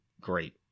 great